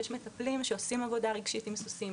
יש מטפלים שעושים עבודה רגשית עם סוסים,